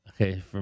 Okay